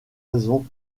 raison